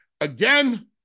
again